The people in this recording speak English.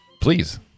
Please